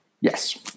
Yes